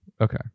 okay